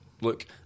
Look